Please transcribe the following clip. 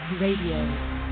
Radio